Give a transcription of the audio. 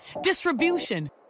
distribution